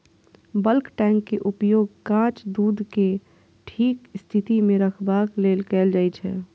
bulk tank के उपयोग कांच दूध कें ठीक स्थिति मे रखबाक लेल कैल जाइ छै